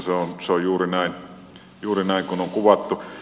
se on juuri näin kuin on kuvattu